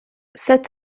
sept